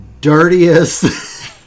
dirtiest